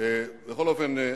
בכל אופן,